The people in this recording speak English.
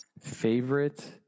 Favorite